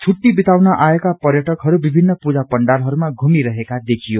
छुट्टी विताउन आएका पर्यटकहरू विभिन्न पूजा पण्डालहरूमा घुमिरहेका देखियो